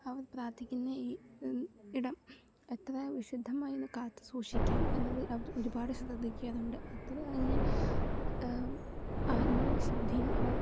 അവർ പ്രാർത്ഥിക്കുന്ന ഈ ഇടം എത്ര വിശുദ്ധമായി കാത്ത് സൂക്ഷിക്കാം എന്നത് അവർ ഒരുപാട് ശ്രദ്ധിക്കാറുണ്ട് അത്ര തന്നെ ആത്മീയ ശുദ്ധിയും അവർ